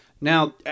Now